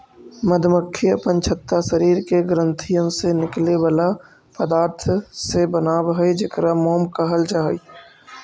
मधुमक्खी अपन छत्ता शरीर के ग्रंथियन से निकले बला पदार्थ से बनाब हई जेकरा मोम कहल जा हई